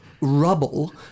rubble